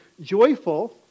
joyful